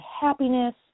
happiness